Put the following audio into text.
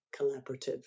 collaborative